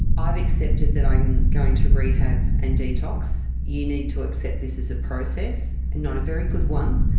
i've accepted that i'm going to rehab and detox, you need to accept this is a process, and not a very good one,